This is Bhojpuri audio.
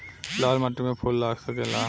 लाल माटी में फूल लाग सकेला?